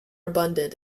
abundant